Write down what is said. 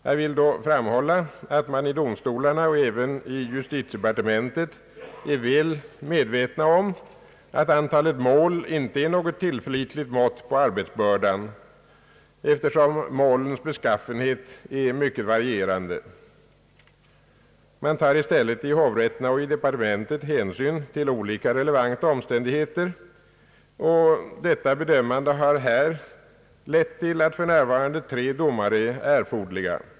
Jag vill då framhålla att man i domstolarna, och även i justitiedepartementet, är väl medveten om att antalet mål inte är något tillförlitligt mått på arbetsbördan, eftersom målens beskaffenhet är mycket varierande. Man tar i stället i hovrätterna och i departementet hänsyn till olika relevanta omständigheter, och detta bedömande har här lett till att för närvarande tre domare anses erforderliga.